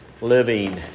living